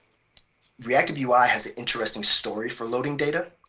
reactiveui has an interesting story for loading data.